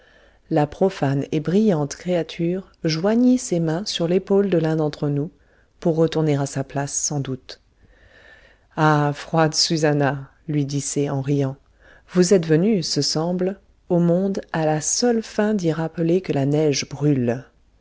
la profane et brillante créature joignit ses mains sur l'épaule de l'un d'entre nous pour retourner à sa place sans doute ah froide susannah lui dit c en riant vous êtes venue ce semble au monde à la seule fin d'y rappeler que la neige brûle